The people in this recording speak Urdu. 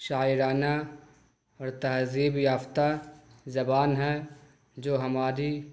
شاعرانہ اور تہذیب یافتہ زبان ہے جو ہماری